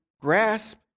grasp